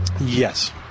Yes